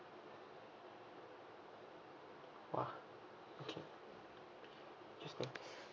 !wah! okay interesting